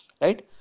Right